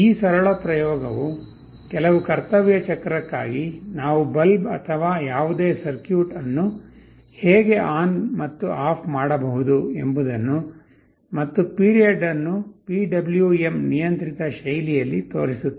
ಈ ಸರಳ ಪ್ರಯೋಗವು ಕೆಲವು ಕರ್ತವ್ಯ ಚಕ್ರಕ್ಕಾಗಿ ನಾವು ಬಲ್ಬ್ ಅಥವಾ ಯಾವುದೇ ಸರ್ಕ್ಯೂಟ್ ಅನ್ನು ಹೇಗೆ ಆನ್ ಮತ್ತು ಆಫ್ ಮಾಡಬಹುದು ಎಂಬುದನ್ನು ಮತ್ತು ಪಿರಿಯಡ್ ಅನ್ನು PWM ನಿಯಂತ್ರಿತ ಶೈಲಿಯಲ್ಲಿ ತೋರಿಸುತ್ತದೆ